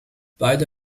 beide